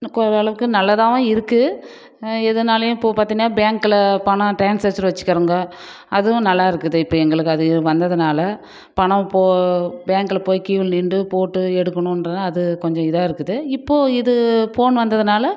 கொ ஓரளவுக்கு நல்லதாகவும் இருக்குது இதனாலேயும் இப்போ பார்த்தீங்கன்னா பேங்க்கில் பணம் ட்ரான்ஸாச்சர் வச்சுக்கிறோங்க அதுவும் நல்லா இருக்குது இப்போ எங்களுக்கு அது வந்ததுனால் பணம் போ பேங்க்கில் போய் க்யூவில் நின்று போட்டு எடுக்கணுன்றது அது கொஞ்சம் இதாக இருக்குது இப்போ இது ஃபோன் வந்ததுனால்